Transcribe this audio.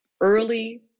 early